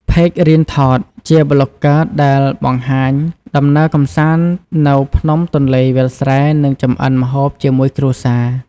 ផេករៀន ថត ជាប្លុកហ្គើដែលបង្ហាញដំណើរកម្សាន្តនៅភ្នំទន្លេវាលស្រែ និងចម្អិនម្ហូបជាមួយគ្រួសារ។